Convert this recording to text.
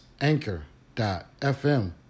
anchor.fm